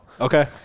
Okay